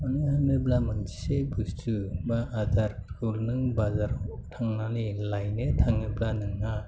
मानो होनोब्ला मोनसे बुस्तु एबा आदारफोरखौ नों बाजाराव थांनानै लायनो थाङोब्ला नोंहा